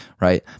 right